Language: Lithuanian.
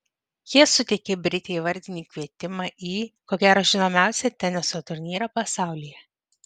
jie suteikė britei vardinį kvietimą į ko gero žinomiausią teniso turnyrą pasaulyje